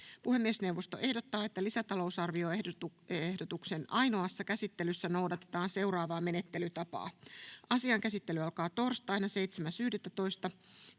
Puhemiesneuvosto ehdottaa, että lisätalousarvioehdotuksen ainoassa käsittelyssä noudatetaan seuraavaa menettelytapaa: Asian käsittely alkaa torstaina 7.11.2024